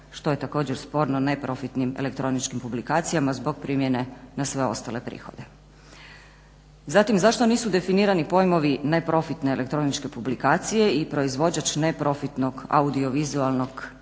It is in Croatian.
što je također sporno neprofitnim elektroničkim publikacijama zbog primjene na sve ostale prihode. Zatim zašto nisu definirani pojmovi neprofitne elektroničke publikacije i proizvođač neprofitnog audiovizualnog radijskog